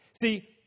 See